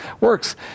works